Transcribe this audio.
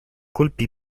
colpì